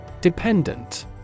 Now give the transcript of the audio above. Dependent